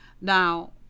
Now